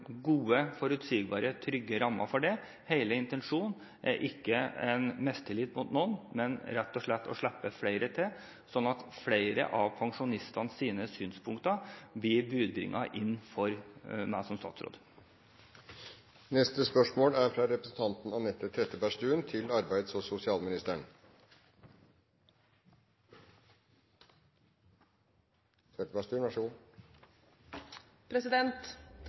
gode, forutsigbare og trygge rammer for det. Hele intensjonen er ikke en mistillit mot noen, men rett og slett å slippe flere til, sånn at flere av pensjonistenes synspunkter blir brakt inn for meg som statsråd. «Å svikte i innsatsen for å bekjempe dårlige arbeidsforhold i transportsektoren er en trussel både for trafikksikkerheten og